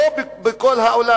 או בכל העולם,